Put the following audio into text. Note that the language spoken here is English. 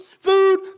food